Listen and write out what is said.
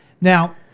Now